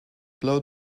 blow